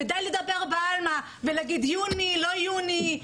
ודי לדבר בעלמא ולהגיד יוני או לא יוני,